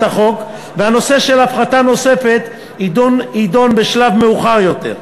החוק והנושא של הפחתה נוספת יידון בשלב מאוחר יותר.